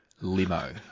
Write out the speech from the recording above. limo